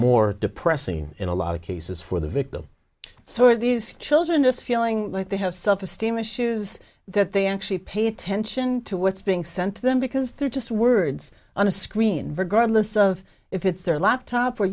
more depressing in a lot of cases for the victim sort of these children just feeling like they have self esteem issues that they actually pay attention to what's being sent to them because they're just words on a screen vergara list of if it's their laptop or